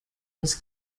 was